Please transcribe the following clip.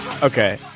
Okay